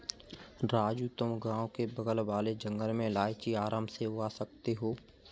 राजू तुम गांव के बगल वाले जंगल में इलायची आराम से उगा सकते हो